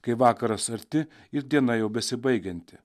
kai vakaras arti ir diena jau besibaigianti